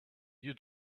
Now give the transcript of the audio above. you